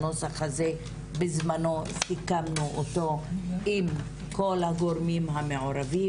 בזמנו סיכמנו את הנוסח הזה עם כל הגורמים המעורבים,